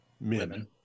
men